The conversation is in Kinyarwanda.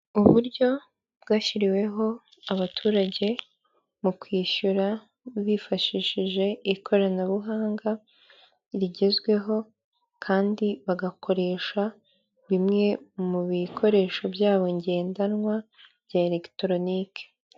Uburyo bwashyiriweho abaturage mu kwishyura bifashishije ikoranabuhanga rigezweho, kandi bagakoresha bimwe mu bikoresho byabo ngendanwa bya elegitoronike.